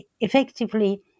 effectively